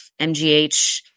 MGH